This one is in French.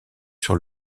sur